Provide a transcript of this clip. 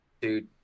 Dude